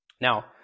Now